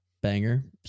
banger